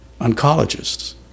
oncologists